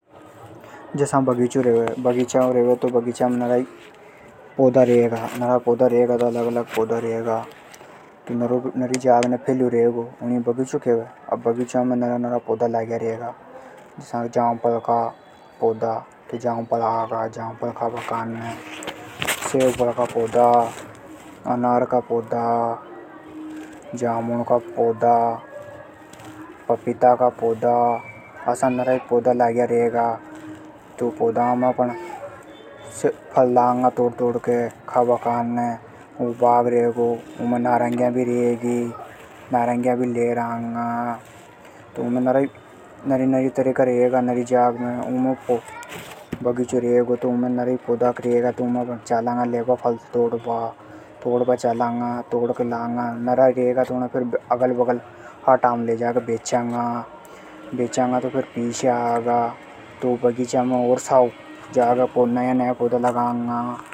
बगीचों रे तो उमे कई तरह का पौधा रेवे। नरी जाग ने फैल्यो रेगो। नरा पौधा लाग्या रेवे। जसा अमरूद पपीता सेवफल बोर। उने अपण खांगा। ज्यादा रेगा तो बेचांगा भी। ओर ज्यादा पौधा लगान्गा।